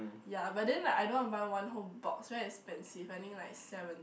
ya but then like I don't want to buy one whole box very expensive I think like seven